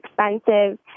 expensive